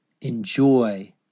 Enjoy